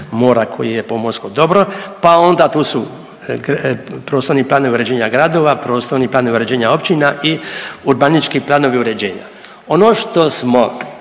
mora koji je pomorsko dobro. Pa onda tu su prostorni planovi uređenja gradova, prostorni planovi uređenja općina i urbanistički planovi uređenja. Ono što smo